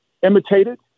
Imitated